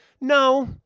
No